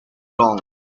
wrong